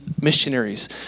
missionaries